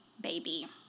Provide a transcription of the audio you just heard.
baby